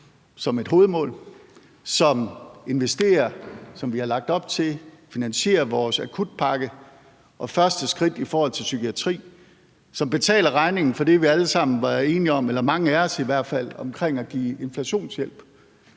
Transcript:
som et hovedmål, som investerer, som vi har lagt op til, finansierer vores akutpakke og det første skridt i forhold til psykiatrien, som betaler regningen for det, vi alle sammen eller mange af os i hvert fald var enige om, nemlig at give inflationshjælp,